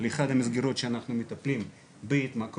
לאחת המסגרות שאנחנו מטפלים בהתמכרות,